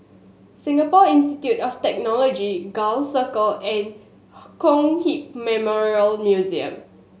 Singapore Institute of Technology Gul Circle and Kong Hiap Memorial Museum